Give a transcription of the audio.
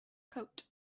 coat